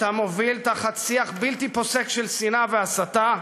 אתה מוביל, תחת שיח בלתי פוסק של שנאה והסתה,